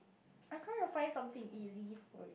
I'm trying to find something easy for